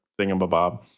thingamabob